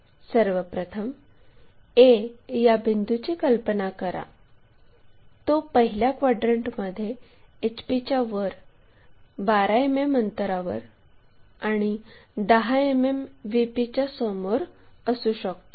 सर्वप्रथम a या बिंदूची कल्पना करा तो पहिल्या क्वॅड्रन्टमध्ये HP च्या वर 12 मिमी अंतरावर आणि 10 मिमी VP च्या समोर असू शकतो